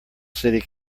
city